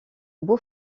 beau